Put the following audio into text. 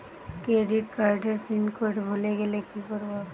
Credit কার্ডের pin code ভুলে গেলে কি করব?